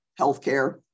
healthcare